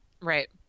Right